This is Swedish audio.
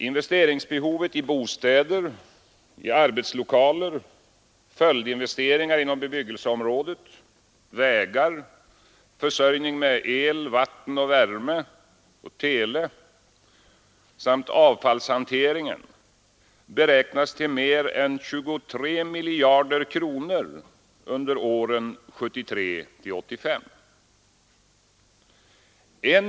Investeringsbehovet i bostäder, arbetslokaler, följdinvesteringar inom bebyggelseområdet, vägar, försörjning med el, vatten och värme, tele samt avfallshanteringen beräknas till mer än 23 miljarder kronor under åren 1973 till 1985.